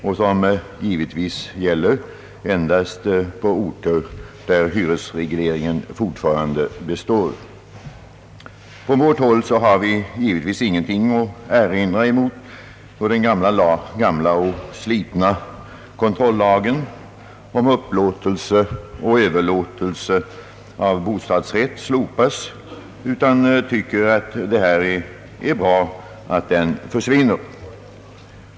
Lagen gäller givetvis endast på orter där hyresregleringen fortfarande består. Från vårt håll har vi självfallet ingenting att erinra mot att den gamla och slitna kontrollagen om upplåtelse och överlåtelse av bostadsrätt slopas, utan vi tycker att det är bra att den försvinner.